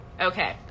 Okay